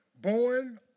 born